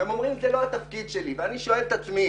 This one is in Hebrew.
הם אומרים שזה לא התפקיד שלהם ואני שואל את עצמי: